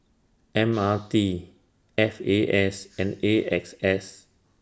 M R T F A S and A X S